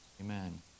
Amen